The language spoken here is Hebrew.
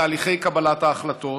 על תהליכי קבלת ההחלטות,